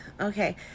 okay